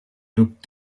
took